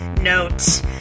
note